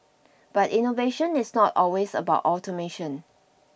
but innovation is not always about automation